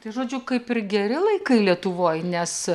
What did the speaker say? tai žodžiu kaip ir geri laikai lietuvoj nes